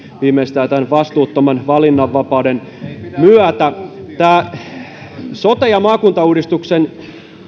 viimeistään tämän vastuuttoman valinnanvapauden myötä tämän sote ja maakuntauudistuksen